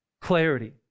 clarity